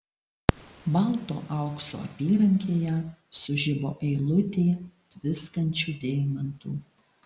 balto aukso apyrankėje sužibo eilutė tviskančių deimantų